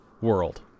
world